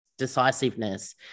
decisiveness